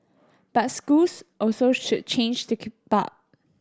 but schools also should change to keep up